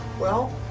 well.